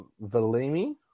Valimi